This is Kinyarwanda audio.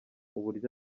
uburyo